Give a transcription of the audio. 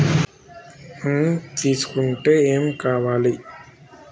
Loan తీసుకుంటే ఏం కావాలి?